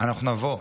אנחנו נבוא,